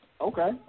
Okay